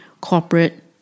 corporate